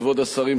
כבוד השרים,